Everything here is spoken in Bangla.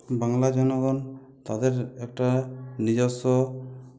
বাংলা জনগণ তাদের একটা নিজস্ব